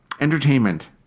Entertainment